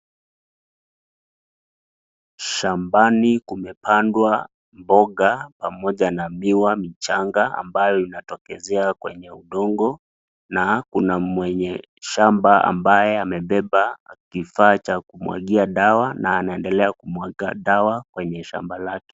Shambani kumepandwa mboga pamoja na miwa michanga ambayo inatokezea kwenye udongo na kuna mwenye shamba ambaye amebeba kifaa cha kumwagia dawa na anaendelea kumwaga dawa kwenye shamba lake.